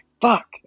Fuck